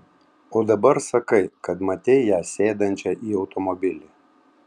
o dabar sakai kad matei ją sėdančią į automobilį